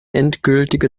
endgültige